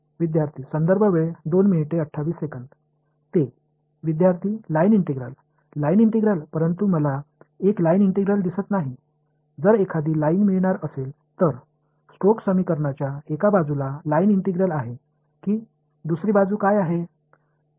மாணவர் மாணவர்லைன் integral line integral ஆனால் நான் ஒரு லைன் பெறப் போகிறேன் என்றால் ஒரு லைன் இன்டெக்ரால் காணவில்லை ஸ்டோக்ஸ் சமன்பாட்டின் ஒரு பக்கத்தில் லைன் இன்டெக்ரால் உள்ளது மறுபக்கம் என்ன